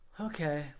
Okay